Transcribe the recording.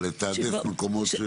אבל לתעדף מקומות.